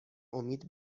امید